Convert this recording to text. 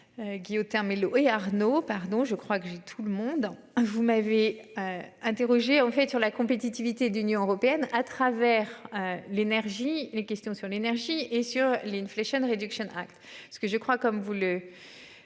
Guillotin mélo et Arnaud, pardon. Je crois que j'ai tout le monde hein. Vous m'avez. Interrogé en fait sur la compétitivité de l'Union européenne à travers l'énergie les questions sur l'énergie et sur les 9 Léchenne réduction Act. Ce que je crois, comme vous le.